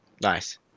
Nice